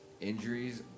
injuries